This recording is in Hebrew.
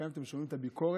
לפעמים אתם שומעים את הביקורת,